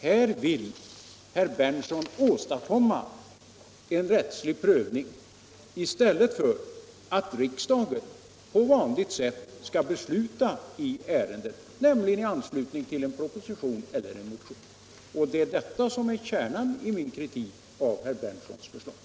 Här vill herr Berndtson åstadkomma en rättslig prövning i stället för att riksdagen skall på vanligt sätt besluta i ärenden, nämligen i anslutning till en proposition eller motion. Det är detta som är kärnan i min kritik av herr Berndtsons förslag.